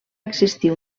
existir